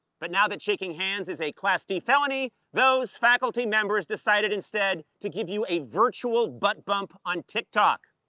but now that shaking hands is a class d felony, those faculty members decided instead to give you a virtual butt bump on tiktok.